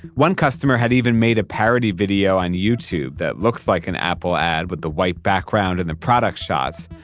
one customer had even made a parody video to and youtube that looks like an apple ad with the white background and the product shots.